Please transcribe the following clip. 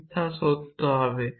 মিথ্যা সত্য হবে